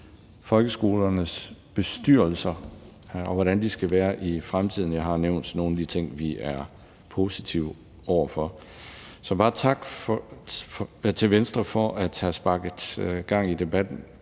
folkeskolernes bestyrelser, og hvordan de skal være i fremtiden. Jeg har nævnt nogle af de ting, vi er positive over for. Så tak til Venstre for at have sparket gang i debatten